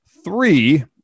Three